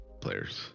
players